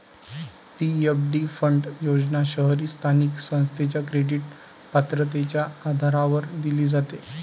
PFD fund योजना शहरी स्थानिक संस्थेच्या क्रेडिट पात्रतेच्या आधारावर दिली जाते